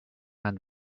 and